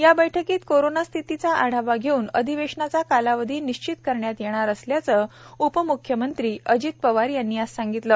या बैठकीत कोरोना स्थितीचा आढावा घेऊन अधिवेशनाचा कालावधी निश्चित करण्यात येणार असल्याचं उपम्ख्यमंत्री अजित पवार यांनी आज सांगितलं